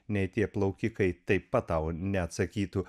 nei tie plaukikai taip pat tau neatsakytų